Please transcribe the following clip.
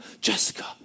Jessica